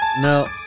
No